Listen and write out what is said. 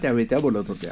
त्यावेळी त्या बोलत होत्या